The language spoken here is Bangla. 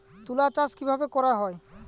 তুলো চাষ কিভাবে করা হয়?